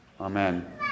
Amen